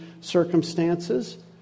circumstances